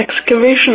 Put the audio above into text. Excavation